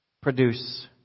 produce